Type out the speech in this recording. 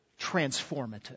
transformative